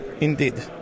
Indeed